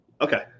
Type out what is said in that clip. Okay